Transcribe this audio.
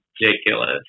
ridiculous